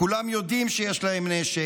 כולם יודעים שיש להם נשק.